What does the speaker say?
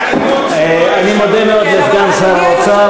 אני מודה מאוד לסגן שר האוצר.